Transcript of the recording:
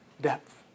depth